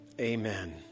amen